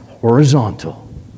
horizontal